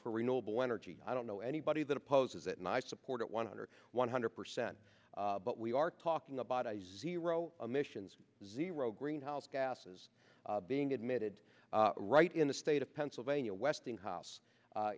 for renewable energy i don't know anybody that opposes it and i support it one hundred one hundred percent but we are talking about a zero emissions zero greenhouse gases being admitted right in the state of pennsylvania westinghouse